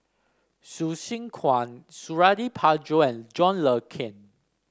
Hsu Tse Kwang Suradi Parjo and John Le Cain